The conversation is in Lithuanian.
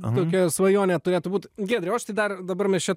tokia svajonė turėtų būt giedriau aš tai dar dabar mes čia